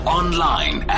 online